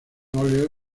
óleo